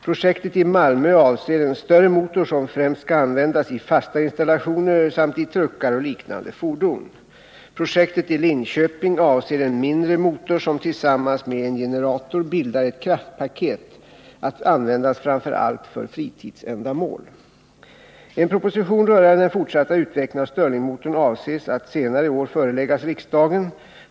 Projektet i Malmö avser en större motor som främst skall användas i fasta installationer samt i truckar och liknande fordon. Projektet i Linköping avser en mindre motor som tillsammans med en generator bildar ett kraftpaket att användas framför allt för fritidsändamål. En proposition rörande den fortsatta utvecklingen av stirlingmotorn avses att senare i år föreläggas riksdagen.